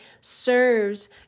serves